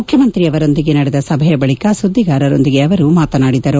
ಮುಖ್ಯಮಂತ್ರಿಯವರೊಂದಿಗೆ ನಡೆದ ಸಭೆಯ ಬಳಿಕ ಸುದ್ಲಿಗಾರರೊಂದಿಗೆ ಅವರು ಮಾತನಾಡಿದರು